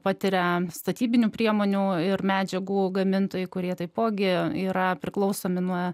patiria statybinių priemonių ir medžiagų gamintojai kurie taipogi yra priklausomi nuo